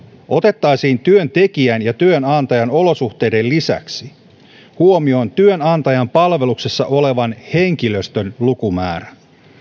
otettaisiin työntekijän ja työnantajan olosuhteiden lisäksi huomioon työnantajan palveluksessa olevan henkilöstön lukumäärä